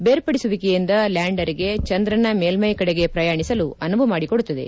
ಬೇರ್ಪಡಿಸುವಿಕೆಯಿಂದ ಲ್ಯಾಂಡರ್ಗೆ ಚಂದ್ರನ ಮೇಲ್ಮೈ ಕಡೆಗೆ ಪ್ರಯಾಣಿಸಲು ಅನುವು ಮಾಡಿಕೊಡುತ್ತದೆ